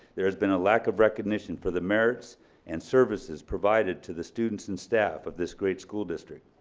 there has been a lack of recognition for the merits and services provided to the students and staff of this great school district.